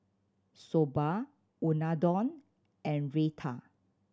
Soba Unadon and Raita